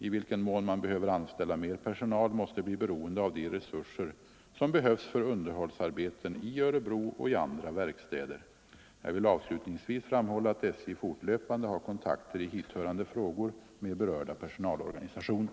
I vilken mån man behöver anställa mer personal måste bli beroende av de resurser som behövs för underhållsarbeten i Örebro och i andra verkstäder. Jag vill avslutningsvis framhålla att SJ fortlöpande har kontakter i hithörande frågor med berörda personalorganisationer.